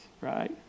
right